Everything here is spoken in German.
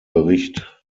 bericht